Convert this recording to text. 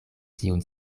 tiun